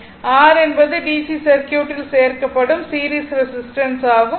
R என்பது dc சர்க்யூட்டில் சேர்க்க படும் சீரிஸ் ரெசிஸ்டன்ஸ் ஆகும்